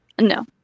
No